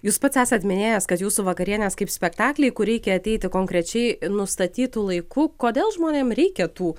jūs pats esat minėjęs kad jūsų vakarienės kaip spektakliai kur reikia ateiti konkrečiai nustatytu laiku kodėl žmonėm reikia tų